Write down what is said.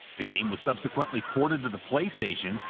the game was subsequently ported to the playstation,